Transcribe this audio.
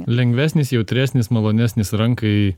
lengvesnis jautresnis malonesnis rankai